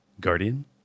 Guardian